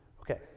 Okay